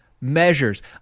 Measures